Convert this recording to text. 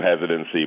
hesitancy